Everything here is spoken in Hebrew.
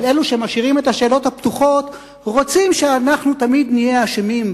אבל אלה שמשאירים את השאלות הפתוחות רוצים שאנחנו תמיד נהיה אשמים,